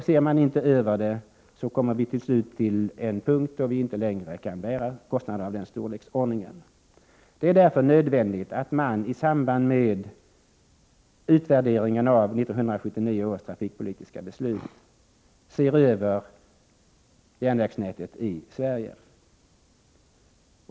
Ser man inte över det kommer vi till slut till en punkt då vi inte längre kan bära kostnader av den storleksordningen. Det är därför nödvändigt att man i samband med utvärderingen av 1979 års trafikpolitiska beslut ser över järnvägsnätet i Sverige.